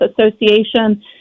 Association